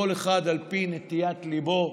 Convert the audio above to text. כל אחד על פי נטיית ליבו,